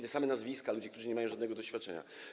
Te same nazwiska ludzi, którzy nie mają żadnego doświadczenia.